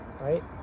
right